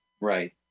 Right